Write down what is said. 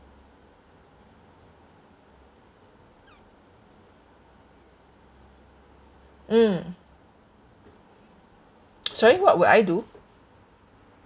mm sorry what would I do